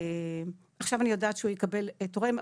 עכשיו אני יודעת שהוא יקבל תורם,